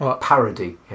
parody